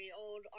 old